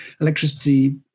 electricity